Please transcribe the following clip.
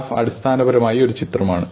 graph അടിസ്ഥാനപരമായി ഒരു ചിത്രമാണ്